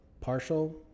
partial